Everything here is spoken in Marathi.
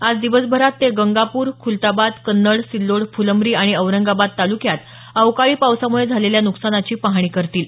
आज दिवसभरात ते गंगापूर खुलताबाद कन्नड सिल्लोड फ्लंब्री आणि औरंगाबाद तालुक्यात अवकाळी पावसामुळे झालेल्या नुकसानाची पाहणी करतील